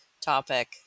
topic